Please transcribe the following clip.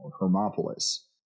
Hermopolis